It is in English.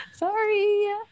Sorry